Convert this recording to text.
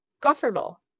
comfortable